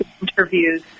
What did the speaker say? interviews